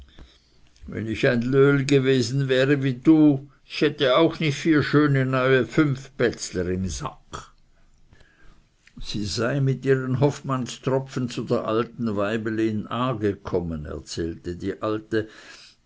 wenn ich ein löhl gewesen wäre wie du ich hätte auch nicht vier schöne neue fünfbätzler im sack sie sei mit ihren hofmannstropfen zu der alten weiblin a gekommen erzählte die alte